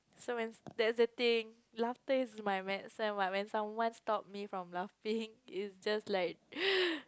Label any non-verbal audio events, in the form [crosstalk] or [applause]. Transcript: so when that's the thing laughter is my medicine what when someone stop me from laughing is just like [breath]